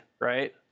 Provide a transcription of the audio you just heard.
right